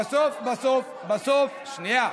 בסוף בסוף בסוף, שנייה,